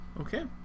Okay